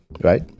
right